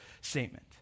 statement